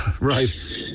Right